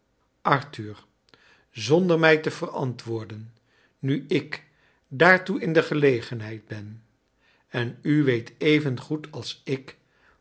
arthur zonder mij te verantwoorden nu ik daartoe in de gelegenheid ben en u weet even goed als ik